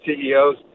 CEOs